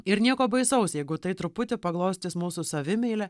ir nieko baisaus jeigu tai truputį paglostys mūsų savimeilę